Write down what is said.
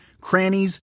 crannies